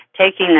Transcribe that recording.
Taking